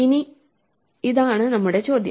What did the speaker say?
ഇനി ഇതാണ് നമ്മുടെ ചോദ്യം